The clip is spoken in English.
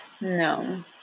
No